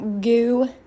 goo